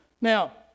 Now